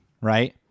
right